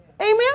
Amen